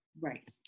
right